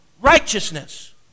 Righteousness